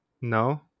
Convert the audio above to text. No